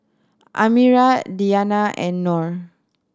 Amirah Diyana and Nor